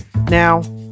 Now